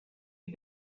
you